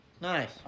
Nice